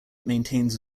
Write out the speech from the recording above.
maintains